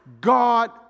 God